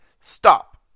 Stop